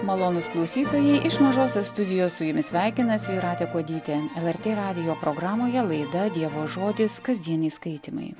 malonūs klausytojai iš mažosios studijos su jumis sveikinasi jūratė kuodytė el er tė radijo programoje laida dievo žodis kasdieniai skaitymai